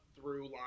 through-line